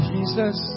Jesus